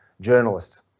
journalists